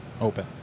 open